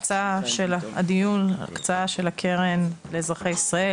הדיון הוא הקצאה של הקרן לאזרחי ישראל,